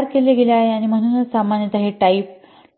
तयार केले गेले आहे आणि म्हणूनच सामान्यतः हे टाईप